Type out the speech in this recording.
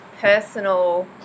personal